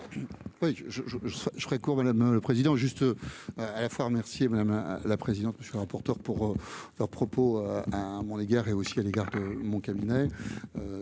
je voudrais courbe la main le président juste à la fois remercier, madame la présidente, monsieur le rapporteur pour leurs propos à mon égard et aussi à l'égard de mon cabinet,